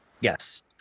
Yes